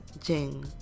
jing